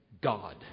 God